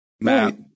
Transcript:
map